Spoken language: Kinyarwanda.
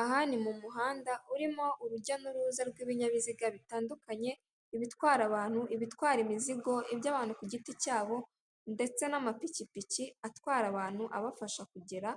Aha ni mu muhanda urimo urujya n'uruza rw'ibinyabiziga bitandukanye, ibitwara abantu, ibitwara imizigo, iby'abantu ku giti cyabo, ndetse n'amapikipiki atwara abantu abafasha kugera